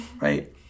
Right